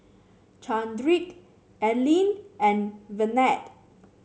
Chadrick Elwyn and Ivette